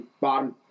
bottom